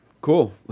Cool